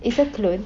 it is a clone